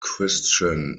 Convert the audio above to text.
christian